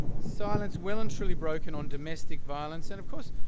silence well and truly broken on domestic violence and of course,